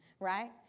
Right